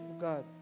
God